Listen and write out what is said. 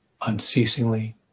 Unceasingly